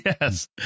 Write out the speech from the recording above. Yes